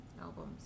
albums